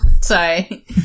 Sorry